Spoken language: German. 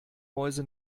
mäuse